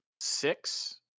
Six